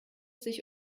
sich